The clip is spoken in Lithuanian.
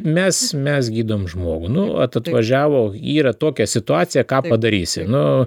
mes mes gydom žmogų nu atvažiavo yra tokia situacija ką padarysi nu